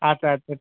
আচ্ছা আচ্ছা